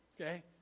Okay